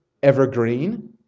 evergreen